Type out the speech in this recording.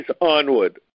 onward